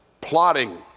plotting